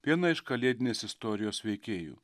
viena iš kalėdinės istorijos veikėjų